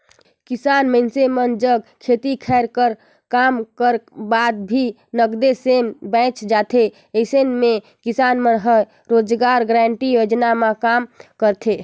किसान मइनसे मन जग खेती खायर कर काम कर बाद भी नगदे समे बाएच जाथे अइसन म किसान मन ह रोजगार गांरटी योजना म काम करथे